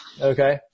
Okay